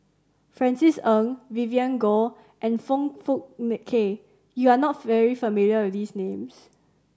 Francis Ng Vivien Goh and Foong Fook Kay you are not familiar with these names